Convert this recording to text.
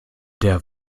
der